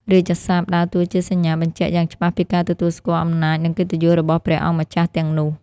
រាជសព្ទដើរតួជាសញ្ញាបញ្ជាក់យ៉ាងច្បាស់ពីការទទួលស្គាល់អំណាច និងកិត្តិយសរបស់ព្រះអង្គម្ចាស់ទាំងនោះ។